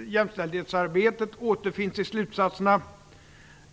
jämställdhetsarbetet återfinns i slutsatserna.